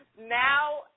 Now